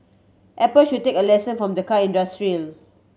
apple should take a lesson from the car industry